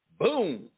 Boom